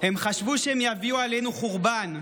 הם חשבו שהם יביאו עלינו חורבן,